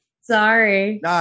Sorry